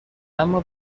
اما